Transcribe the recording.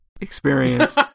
experience